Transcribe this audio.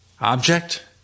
object